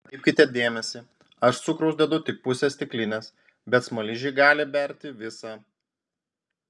atkreipkite dėmesį aš cukraus dedu tik pusę stiklinės bet smaližiai gali berti visą